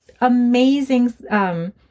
amazing